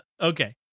Okay